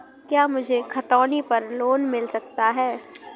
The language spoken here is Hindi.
क्या मुझे खतौनी पर लोन मिल सकता है?